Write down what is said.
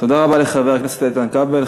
תודה רבה לחבר הכנסת איתן כבל.